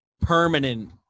permanent